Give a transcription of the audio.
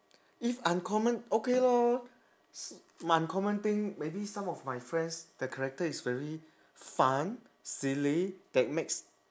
if uncommon okay lor s~ my uncommon thing maybe some of my friends their character is really fun silly that makes